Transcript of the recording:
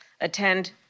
attend